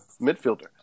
midfielder